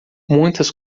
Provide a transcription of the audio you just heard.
muitas